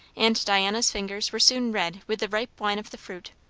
and diana's fingers were soon red with the ripe wine of the fruit.